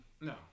no